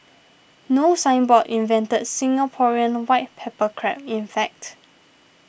No Signboard invented Singaporean white pepper crab in fact